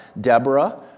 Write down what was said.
Deborah